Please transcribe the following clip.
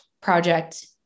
project